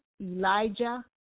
Elijah